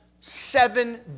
seven